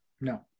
No